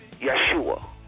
Yeshua